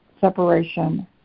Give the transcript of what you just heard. separation